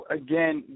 again